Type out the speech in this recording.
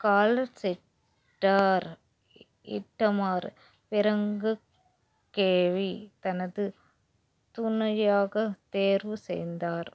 collar செட்டார் இட்டமார் பிரங்ககோவை தனது துணையாக தேர்வு செய்தார்